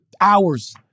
hours